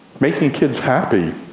making kids happy,